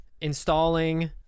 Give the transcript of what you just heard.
installing